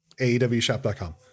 AEWshop.com